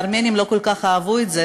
הארמנים לא כל כך אהבו את זה,